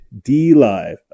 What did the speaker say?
DLive